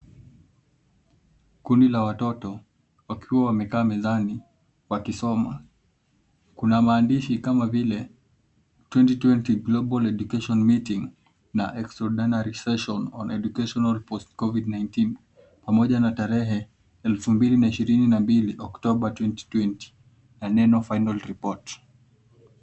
Kundi la watoto wakiwa wamekaa mezani wakisoma. Kuna maandishi kama vile 2020 global education meeting, na extra ordinary session on educational post covid 19, pamoja na tarehe, elfu mbili na ishirini na mbili oktoba 2020 ,na neno final report.